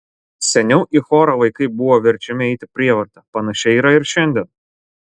seniau į chorą vaikai buvo verčiami eiti prievarta panašiai yra ir šiandien